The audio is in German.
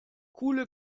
coole